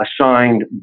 assigned